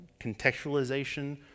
contextualization